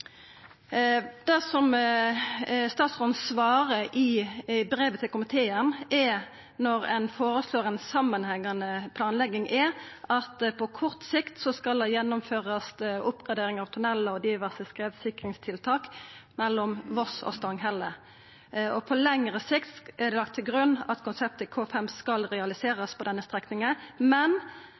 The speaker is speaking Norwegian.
brevet til komiteen, når ein føreslår ei samanhengande planlegging, er at det på kort sikt skal «gjennomføres oppgradering av tunneler og diverse skredsikringstiltak» mellom Voss og Stanghelle. Vidare står det: «På lengre sikt er det lagt til grunn at konsept K5 kan realiseres på denne strekningen også, men